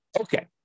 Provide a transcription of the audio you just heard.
Okay